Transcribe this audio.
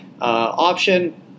option